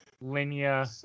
Linear